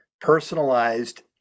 personalized